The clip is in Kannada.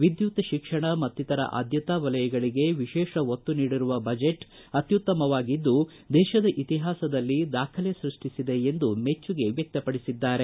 ವಿದ್ಯುತ್ ಶಿಕ್ಷಣ ಮತ್ತಿತರ ಆದ್ಮತಾ ವಲಯಗಳಿಗೆ ವಿಶೇಷ ಒತ್ತು ನೀಡಿರುವ ಬಜೆಟ್ ಅತ್ಯುತ್ತಮವಾಗಿದ್ದು ದೇಶದ ಇತಿಹಾಸದಲ್ಲಿ ದಾಖಲೆ ಸೃಷ್ಷಿಸಿದೆ ಎಂದು ಮೆಚ್ಚುಗೆ ವ್ಯಕ್ತಪಡಿಸಿದರು